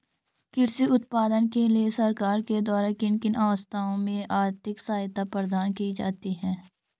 कृषि उत्पादन के लिए सरकार के द्वारा किन किन अवस्थाओं में आर्थिक सहायता प्रदान की जाती है?